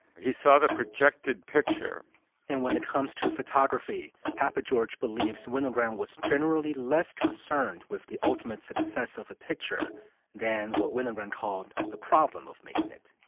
he saw the projected picture and when it comes to photography, papageorge believes winogrand was generally less concerned with the ultimate success of a picture than what winogrand called the problem of making it